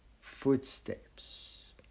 footsteps